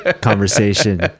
conversation